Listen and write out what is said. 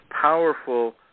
powerful